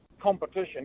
competition